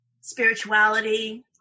spirituality